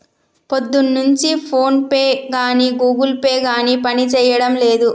పొద్దున్నుంచి ఫోన్పే గానీ Google Pay గానీ పనిజేయడం లేదు